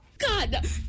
God